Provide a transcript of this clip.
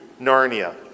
Narnia